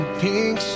pink